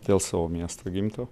dėl savo miesto gimto